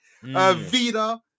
Vida